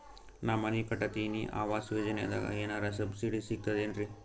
ನಾ ಮನಿ ಕಟಕತಿನಿ ಆವಾಸ್ ಯೋಜನದಾಗ ಏನರ ಸಬ್ಸಿಡಿ ಸಿಗ್ತದೇನ್ರಿ?